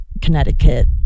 Connecticut